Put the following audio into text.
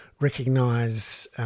recognise